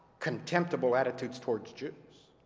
contemptible attitudes towards jews